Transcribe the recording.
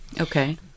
Okay